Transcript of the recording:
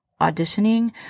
auditioning